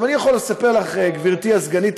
גברתי הסגנית,